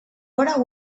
vora